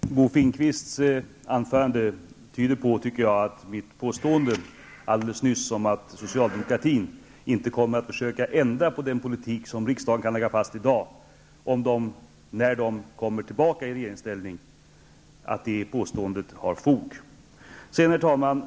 Herr talman! Bo Finnkvists anförande tyder på att mitt påstående alldeles nyss om att socialdemokraterna inte kommer att försöka ändra på den politik som riksdagen kommer att lägga fast i dag när och om de kommer tillbaka i regeringsställning har fog.